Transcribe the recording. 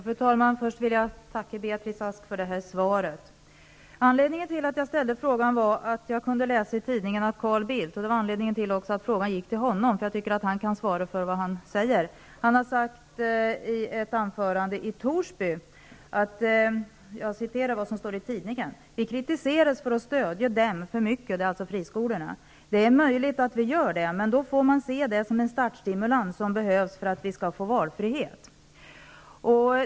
Fru talman! Jag ber att få tacka Beatrice Ask för svaret. Anledningen till att jag ställde frågan var att jag i tidningen har kunnat läsa att Carl Bildt -- det var anledningen till att frågan gick till honom, eftersom jag anser att han kan svara för vad han själv säger -- i ett anförande hållet i Torsby har sagt: Vi kritiseras för att stödja dem -- friskolorna alltså -- för mycket. Det är möjligt att vi gör det, men då får man se det som en startstimulans som behövs för att vi skall få valfrihet.